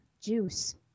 juice